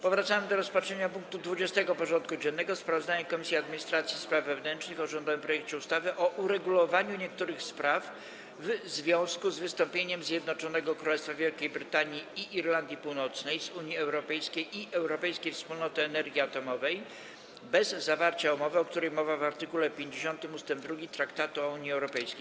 Powracamy do rozpatrzenia punktu 20. porządku dziennego: Sprawozdanie Komisji Administracji i Spraw Wewnętrznych o rządowym projekcie ustawy o uregulowaniu niektórych spraw w związku z wystąpieniem Zjednoczonego Królestwa Wielkiej Brytanii i Irlandii Północnej z Unii Europejskiej i Europejskiej Wspólnoty Energii Atomowej bez zawarcia umowy, o której mowa w art. 50 ust. 2 Traktatu o Unii Europejskiej.